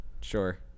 Sure